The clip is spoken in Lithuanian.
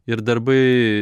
ir darbai